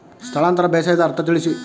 ಸ್ಥಳಾಂತರ ಬೇಸಾಯದ ಅರ್ಥ ತಿಳಿಸಿ?